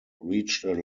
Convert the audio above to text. reached